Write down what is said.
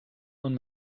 und